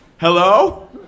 Hello